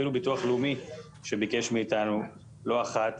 ביטוח לאומי ביקש מאיתנו לא אחת